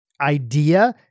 idea